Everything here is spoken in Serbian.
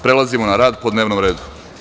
Prelazimo na rad po dnevnom redu.